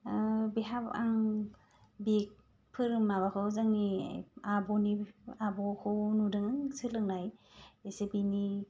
बे हाबाखौ आं बे फोरों माबाखौ जोंनि आब'नि आब'खौ नुदों सोलोंनाय एसे बिनि